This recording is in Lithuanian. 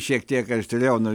šiek tiek aštriau nu